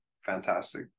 fantastic